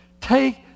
take